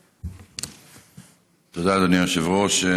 תודה, אדוני היושב-ראש.